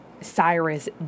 Cyrus